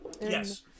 Yes